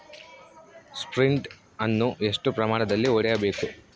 Sprint ಅನ್ನು ಎಷ್ಟು ಪ್ರಮಾಣದಲ್ಲಿ ಹೊಡೆಯಬೇಕು?